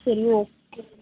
சரி ஓகே